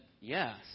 yes